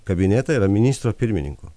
kabinetą yra ministro pirmininko